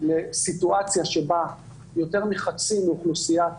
לסיטואציה שבה יותר מחצי מאוכלוסיית